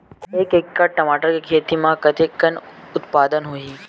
एक एकड़ टमाटर के खेती म कतेकन उत्पादन होही?